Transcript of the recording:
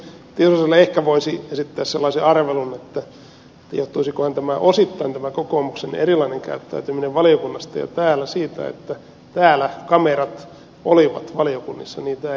tiusaselle ehkä voisi esittää sellaisen arvelun että johtuisikohan tämä kokoomuksen erilainen käyttäytyminen valiokunnassa ja täällä osittain siitä että täällä olivat kamerat valiokunnissa niitä ei ole